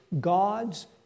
God's